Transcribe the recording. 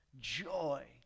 joy